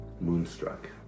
Moonstruck